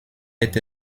est